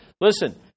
listen